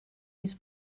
més